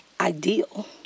ideal